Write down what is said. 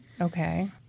okay